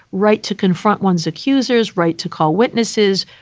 right, to confront one's accusers. right to call witnesses.